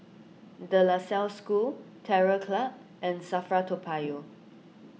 De La Salle School Terror Club and Safra Toa Payoh